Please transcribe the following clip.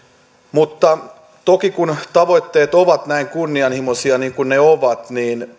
mutta toki kun tavoitteet ovat näin kunnianhimoisia kuin ne ovat